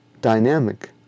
dynamic